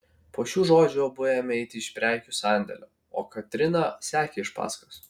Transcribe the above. po šių žodžių abu ėmė eiti iš prekių sandėlio o katryna sekė iš paskos